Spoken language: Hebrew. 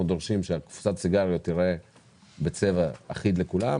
דורשים שקופסת סיגריות תהיה בצבע אחיד לכולן,